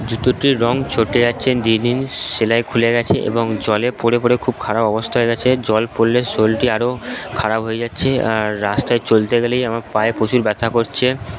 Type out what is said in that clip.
জুতোটির রঙ চটে গেছে সেলাই খুলে গেছে এবং জলে পরে পরে খুব খারাপ অবস্থা হয়ে গেছে জল পড়লে সোলটি আরও খারাপ হয়ে যাচ্ছে আর রাস্তায় চলতে গেলেই আমার পায়ে প্রচুর ব্যথা করছে